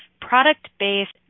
product-based